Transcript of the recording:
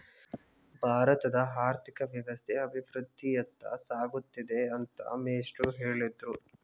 ಭಾರತದ ಆರ್ಥಿಕ ವ್ಯವಸ್ಥೆ ಅಭಿವೃದ್ಧಿಯತ್ತ ಸಾಗುತ್ತಿದೆ ಅಂತ ಮೇಷ್ಟ್ರು ಹೇಳಿದ್ರು